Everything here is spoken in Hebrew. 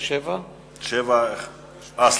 שאילתא מס' 712 של חבר הכנסת ברכה, לפרוטוקול.